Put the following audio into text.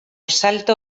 salto